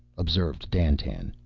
observed dandtan.